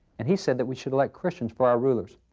and he said that we should elect christians for our rulers.